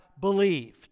believed